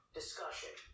discussion